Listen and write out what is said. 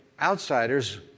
outsiders